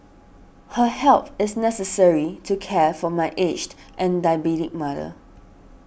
her help is necessary to care for my aged and diabetic mother